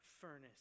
furnace